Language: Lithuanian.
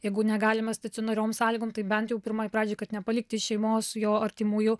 jeigu negalima stacionariom sąlygom tai bent jau pirmai pradžiai kad nepalikti šeimos jo artimųjų